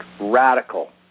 radical